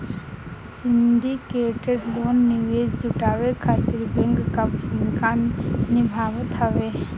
syndicated loan निवेश जुटावे खातिर बैंक कअ भूमिका निभावत हवे